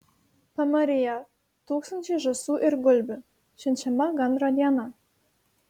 pamaryje tūkstančiai žąsų ir gulbių švenčiama gandro diena